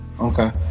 Okay